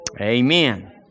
Amen